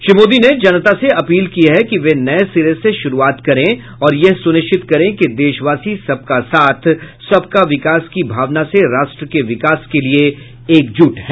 श्री मोदी ने जनता से अपील की है कि वे नए सिरे से शुरूआत करें और यह सुनिश्चित करें कि देशवासी सबका साथ सबका विकास की भावना से राष्ट्र के विकास के लिए एकजुट हैं